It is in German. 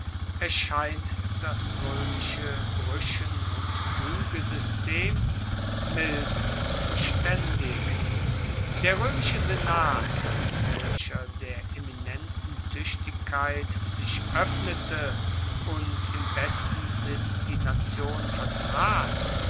erscheint das roemische bruechen und ruegesystem mild und verstaendig der roemische senat welcher der eminenten tuechtigkeit sich oeffnete und im besten sinn die nation vertrat